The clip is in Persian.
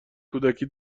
کودکی